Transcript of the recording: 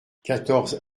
quatorze